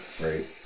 Right